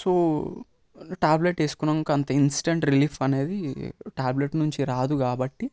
so tablet వేసుకున్నాక అంత instant relief అనేది ట్యాబ్లెట్ నుంచి రాదు కాబట్టి